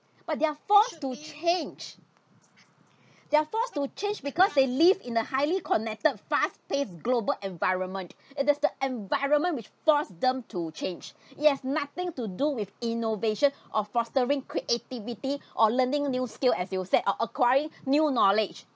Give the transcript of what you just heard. but they're forced to change they're forced to change because they live in the highly connected fast paced global environment it is the environment which forced them to change it has nothing to do with innovation or fostering creativity or learning new skill as you said or acquiring new knowledge